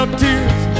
tears